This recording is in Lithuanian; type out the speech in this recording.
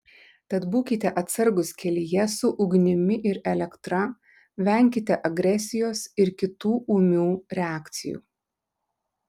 tad būkite atsargūs kelyje su ugnimi ir elektra venkite agresijos ir kitų ūmių reakcijų